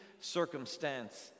circumstance